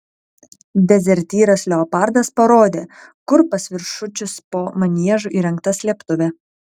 dezertyras leopardas parodė kur pas viršučius po maniežu įrengta slėptuvė